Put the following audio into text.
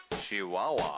Chihuahua